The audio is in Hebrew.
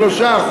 3%,